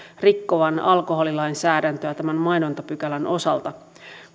rikkovan alkoholilainsäädäntöä tämän mainontapykälän osalta